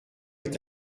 est